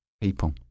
people